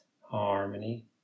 harmony